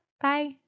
Bye